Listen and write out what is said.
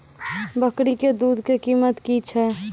बकरी के दूध के कीमत की छै?